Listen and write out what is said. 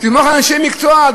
תסמוך על אנשי המקצוע,